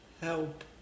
Help